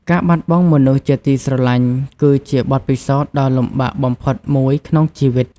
ការបាត់បង់មនុស្សជាទីស្រឡាញ់គឺជាបទពិសោធន៍ដ៏លំបាកបំផុតមួយក្នុងជីវិត។